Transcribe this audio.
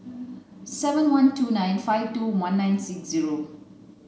seven one two nine five two one nine six zero